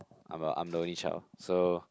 I am I am the only child so